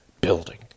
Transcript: building